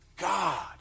God